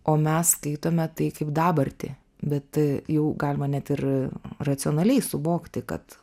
o mes skaitome tai kaip dabartį bet jau galima net ir racionaliai suvokti kad